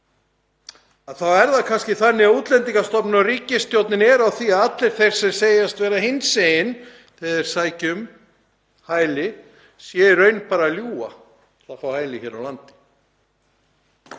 það er kannski þannig að Útlendingastofnun og ríkisstjórnin eru á því að allir þeir sem segjast vera hinsegin þegar þeir sækja um hæli séu í raun bara að ljúga til að fá hæli hér á landi.